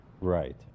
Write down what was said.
Right